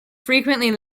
frequently